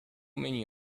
many